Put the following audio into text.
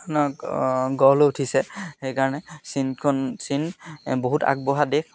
গঢ় লৈ উঠিছে সেইকাৰণে চীনখন চীন বহুত আগবঢ়া দেশ